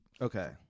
Okay